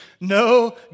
no